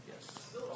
Yes